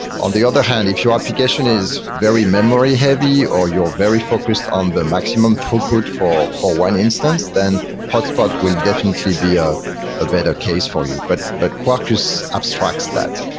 on the other hand, if your application is very memory heavy or you're very focused on the maximum throughput for for one instance, then hot spot will definitely be a ah better case for you. but but quarkus abstracts that.